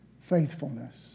faithfulness